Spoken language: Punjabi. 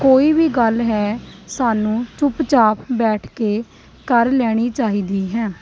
ਕੋਈ ਵੀ ਗੱਲ ਹੈ ਸਾਨੂੰ ਚੁੱਪ ਚਾਪ ਬੈਠ ਕੇ ਕਰ ਲੈਣੀ ਚਾਹੀਦੀ ਹੈ